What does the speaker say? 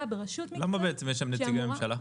ברשות מקצועית שאמורה --- למה בעצם יש שם נציגי ממשלה?